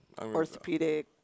Orthopedic